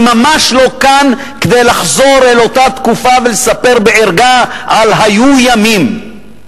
אני כאן ממש לא כדי לחזור אל אותה תקופה ולספר בערגה על "היו ימים",